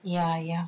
ya ya